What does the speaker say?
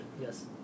Yes